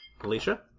Alicia